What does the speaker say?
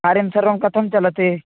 कार्यं सर्वं कथं चलति